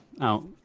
out